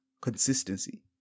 consistency